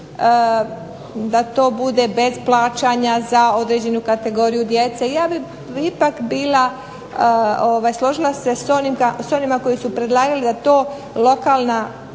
da to bude bez plaćanja za određenu kategoriju djece. Ja bih ipak bila složila se s onima koji su predlagali da to lokalna